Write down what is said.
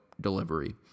delivery